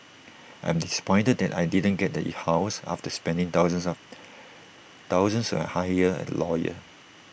I'm disappointed that I didn't get the E house after spending thousands of thousands A hire A lawyer